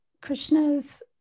Krishna's